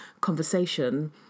conversation